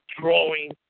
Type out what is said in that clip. drawing